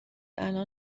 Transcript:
الان